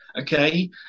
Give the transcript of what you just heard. okay